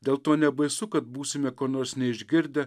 dėl to nebaisu kad būsime ko nors neišgirdę